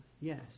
Yes